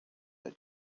that